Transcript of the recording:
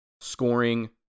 scoring